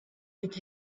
did